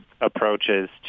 approaches